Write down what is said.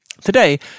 Today